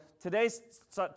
Today's